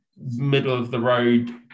middle-of-the-road